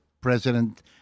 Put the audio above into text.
president